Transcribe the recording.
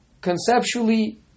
conceptually